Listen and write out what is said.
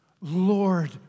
Lord